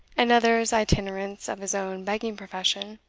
and others itinerants of his own begging profession